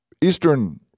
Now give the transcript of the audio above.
Eastern